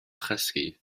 chysgu